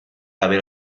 haber